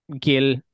Gil